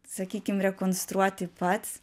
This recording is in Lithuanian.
sakykim rekonstruoti pats